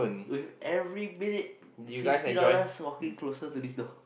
with every minute sixty dollar walking closer to this door